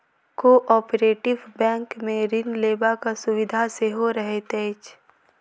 cooperative बैंकमे ऋण लेबाक सुविधा सेहो रहैत अछि